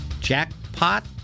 Jackpot